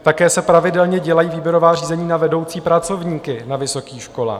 Také se pravidelně dělají výběrová řízení na vedoucí pracovníky na vysokých školách.